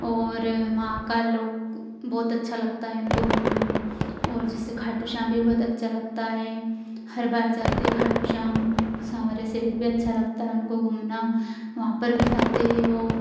और महाकाल लोक बहुत अच्छा लगता है उनको घूमना और जैसे खाटूश्याम भी बहुत अच्छा लगता है हर बार जाते खाटूश्याम साँवरे सेठ भी अच्छा लगता है उनको घूमना वहाँ पर भी जाते हैं वो